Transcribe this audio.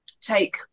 take